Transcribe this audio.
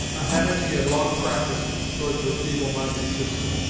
a habit she had long practised towards her feeble-minded sister.